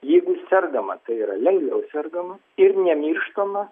jeigu sergama tai yra lengviau sergama ir nemirštama